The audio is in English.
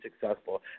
successful